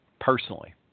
Personally